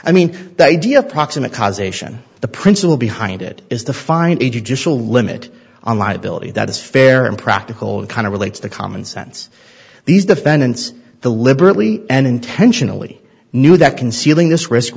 i mean the idea of proximate cause ation the principle behind it is the find a judicial limit on liability that is fair and practical and kind of relates to common sense these defendants the liberals and intentionally knew that concealing this risk